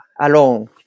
alone